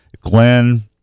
Glenn